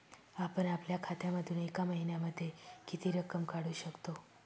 आपण आपल्या खात्यामधून एका महिन्यामधे किती रक्कम काढू शकतो?